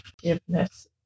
forgiveness